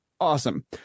awesome